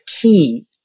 key